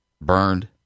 burned